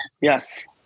Yes